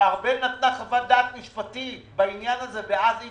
ארבל אסטרחן נתנה חוות דעת משפטית בעניין הזה ואז אי